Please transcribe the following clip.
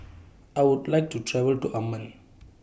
I Would like to travel to Amman